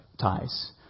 ties